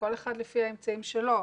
כל אחד לפי האמצעים שלו.